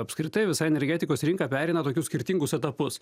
apskritai visa energetikos rinka pereina tokius skirtingus etapus